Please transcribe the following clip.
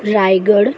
Raigad